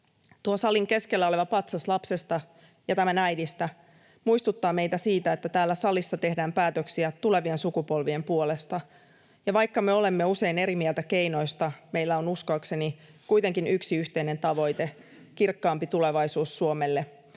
salin keskellä oleva patsas lapsesta ja tämän äidistä muistuttaa meitä siitä, että täällä salissa tehdään päätöksiä tulevien sukupolvien puolesta. Vaikka me olemme usein eri mieltä keinoista, meillä on uskoakseni kuitenkin yksi yhteinen tavoite: kirkkaampi tulevaisuus Suomelle.